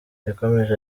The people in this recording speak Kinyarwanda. yakomeje